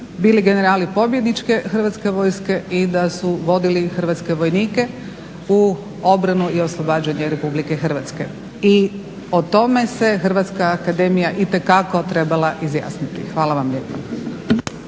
bili generali pobjedničke Hrvatske vojske i da su vodili hrvatske vojnike u obranu i oslobađanje Republike Hrvatske i o tome se HAZU itekako trebala izjasniti. Hvala vam lijepa.